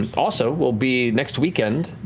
and also, we'll be next weekend,